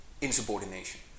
insubordination